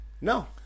No